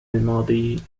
الماضي